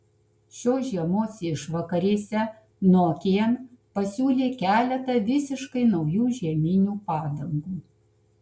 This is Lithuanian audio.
šios žiemos išvakarėse nokian pasiūlė keletą visiškai naujų žieminių padangų